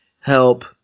help